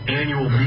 annual